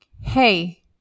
hey